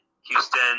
Houston